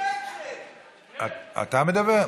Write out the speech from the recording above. אתה מדבר?